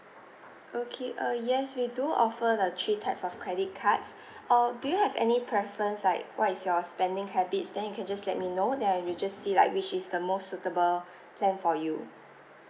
okay uh yes we do offer the three types of credit cards or do you have any preference like what is your spending habits then you can let me know then I'll just see like which is the most suitable plan for you